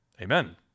Amen